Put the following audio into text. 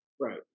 Right